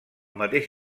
mateix